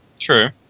true